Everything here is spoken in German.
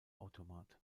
automat